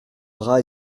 bras